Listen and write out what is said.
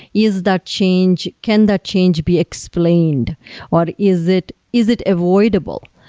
is that change can that change be explained or is it is it avoidable?